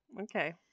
Okay